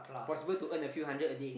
possible to earn a few hundred a day